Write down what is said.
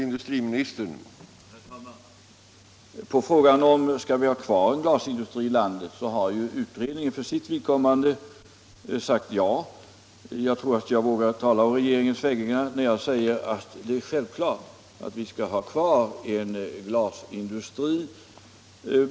Herr talman! På frågan, om vi skall ha kvar glasindustrin i landet, har ju utredningen för sitt vidkommande svarat ja. Jag tror mig våga tala å regeringens vägnar när jag säger att det är självklart att vi skall ha kvar en glasindustri.